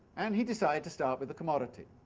and he decided to start with the commodity.